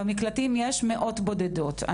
במקלטים יש מאות בודדות.